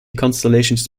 constellations